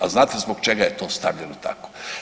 A znate zbog čega je to stavljeno tako?